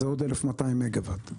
זה עוד 1,200 מגוואט.